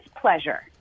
pleasure